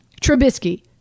Trubisky